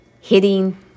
hitting